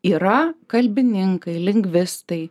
yra kalbininkai lingvistai